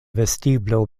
vestiblo